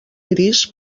gris